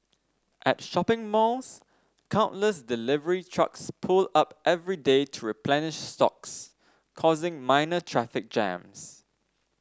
at shopping malls countless delivery trucks pull up every day to replenish stocks causing minor traffic jams